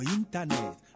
internet